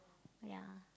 ya